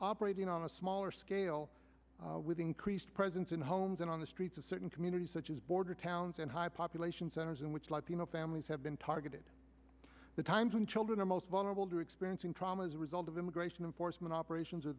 operating on a smaller scale with increased presence in homes and on the streets of certain communities such as border towns and high population centers in which latino families have been targeted the times when children are most vulnerable to experiencing trauma as a result of immigration enforcement operations or